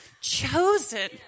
Chosen